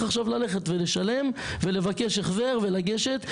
עכשיו ללכת ולשלם ולבקש החזר ולגשת.